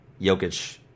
Jokic